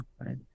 right